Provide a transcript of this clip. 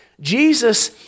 Jesus